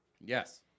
Yes